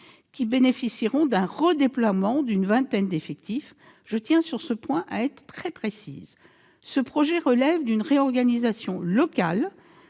bénéficieront d'un redéploiement d'une vingtaine d'effectifs. Sur ce point, je tiens à être très précise : ce projet relève d'une réorganisation locale